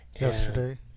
yesterday